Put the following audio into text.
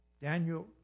Daniel